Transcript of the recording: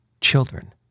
children